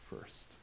first